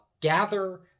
gather